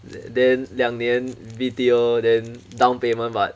then 两年 B_T_O then down payment but